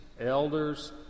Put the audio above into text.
elders